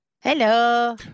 Hello